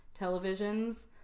televisions